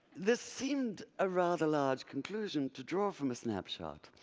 this seemed a rather large conclusion to draw from a snapshot.